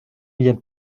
bien